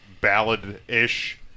ballad-ish